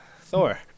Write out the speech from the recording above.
Thor